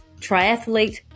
triathlete